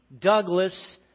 Douglas